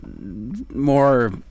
more